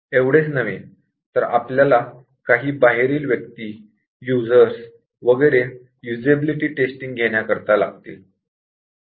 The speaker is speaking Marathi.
एवढेच नव्हे तर आपल्याला काही बाहेरील व्यक्ती यूजर्स वगैरे युजेबिलिटी टेस्ट घेण्याकरता लागतील